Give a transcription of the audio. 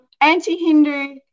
anti-Hindu